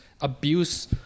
abuse